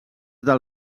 del